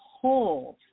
hold